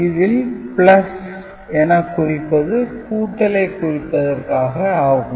இதில் Plus என குறிப்பது கூட்டலைக் குறிப்பதற்காக ஆகும்